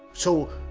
so,